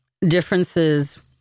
differences